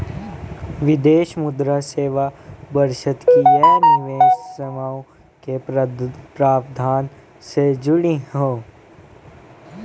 विदेशी मुद्रा सेवा बशर्ते कि ये निवेश सेवाओं के प्रावधान से जुड़ी हों